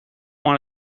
want